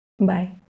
Bye